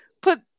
put